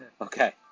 Okay